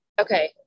Okay